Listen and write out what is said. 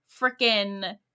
freaking